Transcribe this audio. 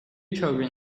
children